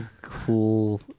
cool